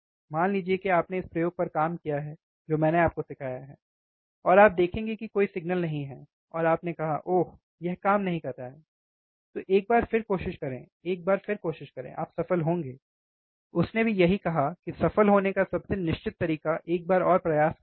मान लीजिए कि आपने इस प्रयोग पर काम किया है जो मैंने आपको सिखाया है और आप देखेंगे कि कोई सिग्नल नहीं है और आपने कहा ओह यह काम नहीं कर रहा है तो एक बार फिर कोशिश करें एक बार फिर कोशिश करें आप सफल होंगे उसने भी यही कहा कि सफल होने का सबसे निश्चित तरीका एक बार और प्रयास करना है